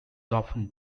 often